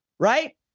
Right